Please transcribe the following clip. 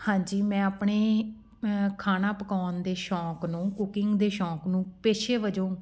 ਹਾਂਜੀ ਮੈਂ ਆਪਣੇ ਖਾਣਾ ਪਕਾਉਣ ਦੇ ਸ਼ੌਂਕ ਨੂੰ ਕੂਕਿੰਗ ਦੇ ਸ਼ੌਂਕ ਨੂੰ ਪੇਸ਼ੇ ਵਜੋਂ